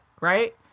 right